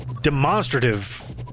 demonstrative